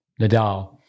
Nadal